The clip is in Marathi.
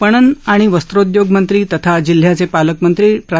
पणन आणि वस्त्रोदयोगमंत्री तथा जिल्ह्याचे पालकमंत्री प्रा